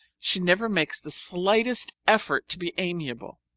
she never makes the slightest effort to be amiable.